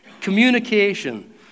Communication